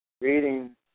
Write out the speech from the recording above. reading